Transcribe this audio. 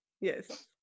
Yes